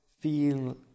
feel